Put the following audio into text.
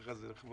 ככה זה נחמד.